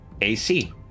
AC